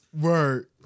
word